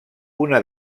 una